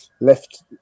left